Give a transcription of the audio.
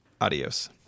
Adios